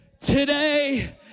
today